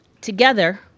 Together